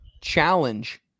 challenge